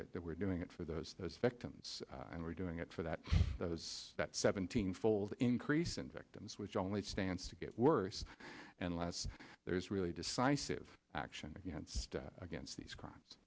it that we're doing it for those those victims and we're doing it for that is that seventeen fold increase in victims which only stands to get worse unless there is really decisive action against against these crimes